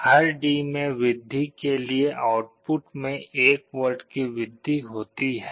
हर D में वृद्धि के लिए आउटपुट में 1 वोल्ट की वृद्धि होती है